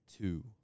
two